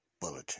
bulletin